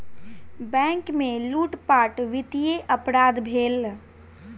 bank में लूटपाट वित्तीय अपराध भेल